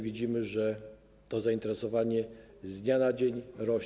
Widzimy, że to zainteresowanie z dnia na dzień rośnie.